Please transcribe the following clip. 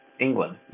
England